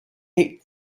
eight